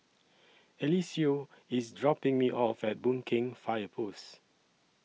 Eliseo IS dropping Me off At Boon Keng Fire Post